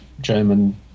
German